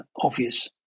obvious